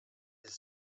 his